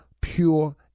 pure